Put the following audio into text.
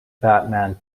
batman